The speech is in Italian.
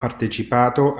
partecipato